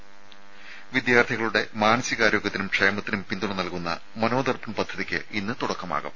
ത വിദ്യാർത്ഥികളുടെ മാനസികാരോഗ്യത്തിനും ക്ഷേമത്തിനും പിന്തുണ നൽകുന്ന മനോദർപ്പൺ പദ്ധതിയ്ക്ക് ഇന്ന് തുടക്കമാകും